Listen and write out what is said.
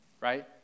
right